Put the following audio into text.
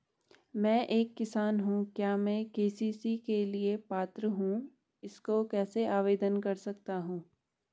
मैं एक किसान हूँ क्या मैं के.सी.सी के लिए पात्र हूँ इसको कैसे आवेदन कर सकता हूँ?